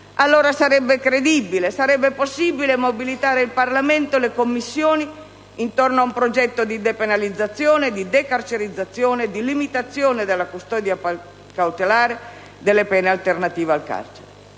allora sarebbe credibile, e possibile mobilitare il Parlamento e le Commissioni intorno ad un progetto di depenalizzazione, di decarcerizzazione, di limitazione della custodia cautelare, delle pene alternative al carcere.